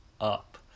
up